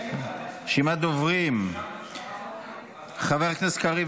רשימת דוברים: חבר הכנסת קריב,